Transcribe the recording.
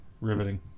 Riveting